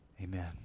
Amen